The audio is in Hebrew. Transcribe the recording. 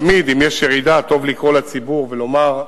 תמיד, אם יש ירידה, טוב לקרוא לציבור ולומר,